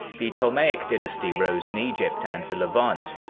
the ptolemaic dynasty rose in egypt and the levant,